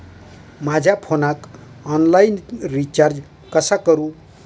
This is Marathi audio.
माझ्या फोनाक ऑनलाइन रिचार्ज कसा करू?